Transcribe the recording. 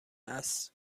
است